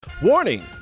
Warning